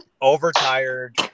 overtired